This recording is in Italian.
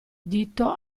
dito